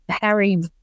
Harry